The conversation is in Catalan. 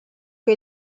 que